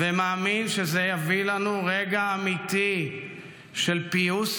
ומאמין שזה יביא לנו רגע אמיתי של פיוס